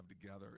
together